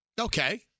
Okay